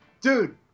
dude